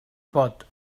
pot